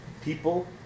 People